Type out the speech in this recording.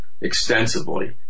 extensively